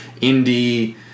indie